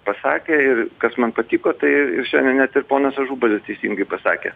pasakė ir kas man patiko tai ir ir šiandien net ir ponas ažubalis teisingai pasakė